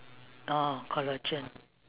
oh collagen